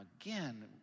again